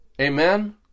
Amen